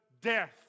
death